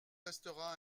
restera